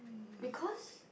because